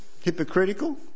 Hypocritical